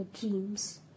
dreams